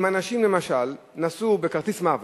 אם אנשים למשל נסעו בכרטיס מעבר,